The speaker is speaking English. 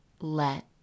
let